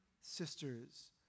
sisters